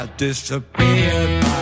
Disappeared